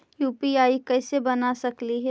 UPI कैसे बना सकली हे?